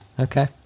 Okay